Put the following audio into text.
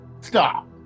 Stop